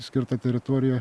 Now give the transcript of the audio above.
skirta teritorija